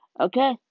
okay